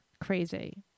crazy